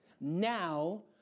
now